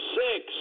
six